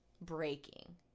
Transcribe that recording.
breaking